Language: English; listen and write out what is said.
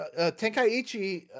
Tenkaichi